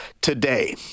today